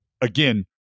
Again